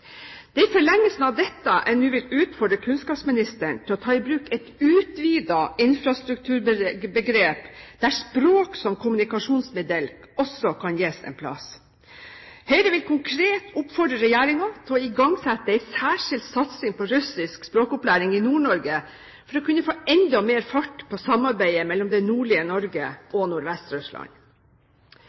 Det er i forlengelsen av dette jeg nå vil utfordre kunnskapsministeren til å ta i bruk et utvidet infrastrukturbegrep der språk som kommunikasjonsmiddel også kan gis en plass. Høyre vil konkret oppfordre regjeringen til å igangsette en særskilt satsing på russisk språkopplæring i Nord-Norge for å kunne få enda mer fart på samarbeidet mellom det nordlige Norge og